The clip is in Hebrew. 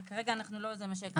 אבל כרגע לא זה מה שהקראנו.